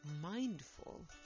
mindful